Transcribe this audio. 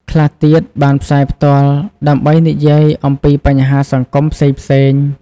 ខ្លះទៀតបានផ្សាយផ្ទាល់ ដើម្បីនិយាយអំពីបញ្ហាសង្គមផ្សេងៗ។